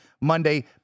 monday